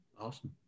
Awesome